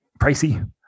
pricey